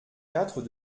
quatre